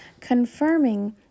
confirming